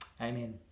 amen